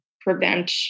prevent